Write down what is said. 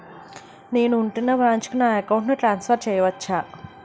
నేను ఉంటున్న బ్రాంచికి నా అకౌంట్ ను ట్రాన్సఫర్ చేయవచ్చా?